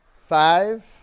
Five